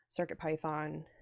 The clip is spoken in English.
CircuitPython